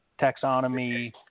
taxonomy